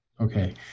Okay